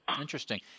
interesting